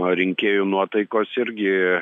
rinkėjų nuotaikos irgi